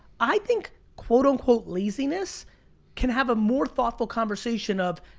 i think, quote unquote laziness can have a more thoughtful conversation of,